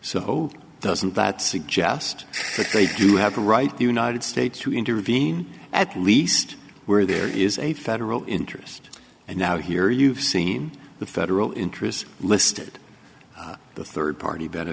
so doesn't that suggest they do have the right the united states to intervene at least where there is a federal interest and now here you've seen the federal interest listed the third party